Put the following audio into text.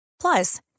Plus